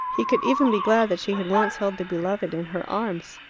he could even be glad that she had once held the beloved in her arms.